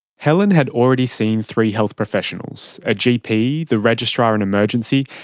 helen had already seen three health professionals a gp, the registrar in emergency,